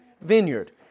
vineyard